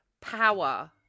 power